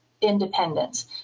independence